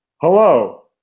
hello